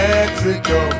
Mexico